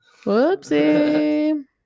Whoopsie